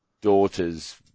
daughter's